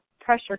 pressure